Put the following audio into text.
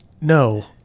No